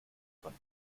von